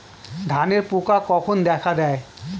ধানের পোকা কখন দেখা দেয়?